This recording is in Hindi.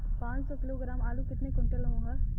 पाँच सौ किलोग्राम आलू कितने क्विंटल होगा?